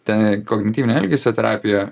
ten į kognityvinė elgesio terapija